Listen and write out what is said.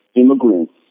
immigrants